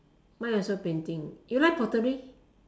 mine also painting you like pottery